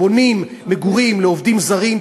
בונים מגורים לעובדים זרים,